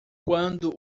quando